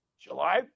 July –